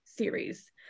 series